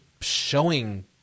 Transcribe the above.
showing